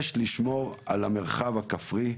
יש לשמור על המרחב הכפרי,